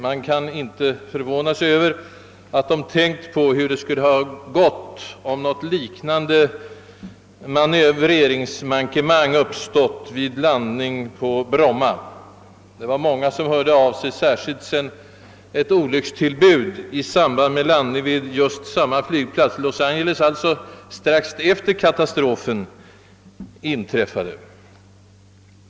Man kan inte förvåna sig över att de tänkt på hur det skulle ha gått, om något liknande manövreringsmankemang uppstått vid landning på Bromma. Det var många som lät höra av sig, särskilt sedan ett olyckstillbud i samband med landning vid samma flygplats, alltså Los Angeles, inträffat strax efter katastrofen.